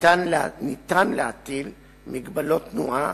ניתן להטיל מגבלות תנועה,